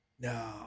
No